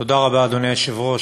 אדוני היושב-ראש,